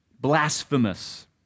blasphemous